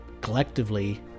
collectively